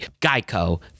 Geico